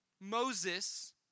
Moses